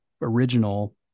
original